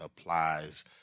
applies